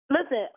Listen